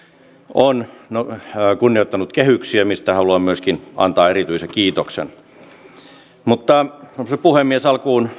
on kunnioittanut kehyksiä mistä haluan myöskin antaa erityisen kiitoksen arvoisa puhemies alkuun